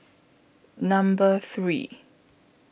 Number three